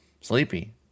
Sleepy